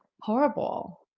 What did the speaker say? horrible